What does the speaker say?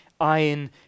iron